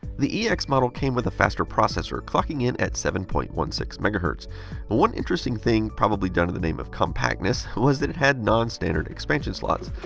the ex model came with a faster processor, clocking in at seven point one six mhz. but one interesting thing, probably done in the name of compactness, was that it has non standard expansion slots.